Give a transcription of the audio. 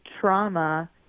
trauma